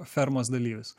fermos dalyvis